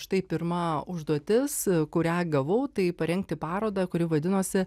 štai pirma užduotis kurią gavau tai parengti parodą kuri vadinosi